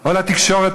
או לתקשורת,